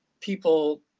people